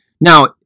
Now